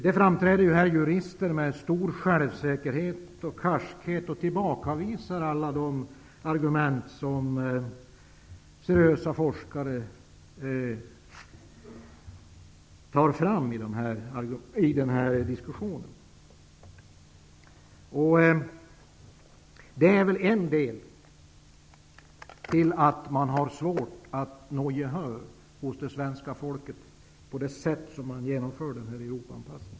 Här framträder jurister som med stor självsäkerhet och karskhet tillbakavisar alla de argument som seriösa forskare tar fram i diskussionen. Det är nog en av anledningarna till att man har svårt att få gehör hos det svenska folket för det sätt som man genomför den här Europaanpassningen på.